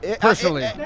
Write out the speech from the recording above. personally